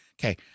Okay